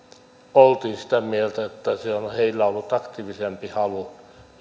oltiin vähän sitä mieltä että heillä on ollut aktiivisempi halu